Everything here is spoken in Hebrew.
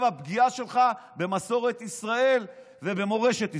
והפגיעה שלך במסורת ישראל ובמורשת ישראל.